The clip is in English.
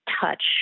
touch